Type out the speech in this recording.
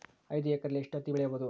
ಐದು ಎಕರೆಯಲ್ಲಿ ಎಷ್ಟು ಹತ್ತಿ ಬೆಳೆಯಬಹುದು?